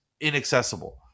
inaccessible